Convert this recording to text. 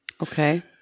Okay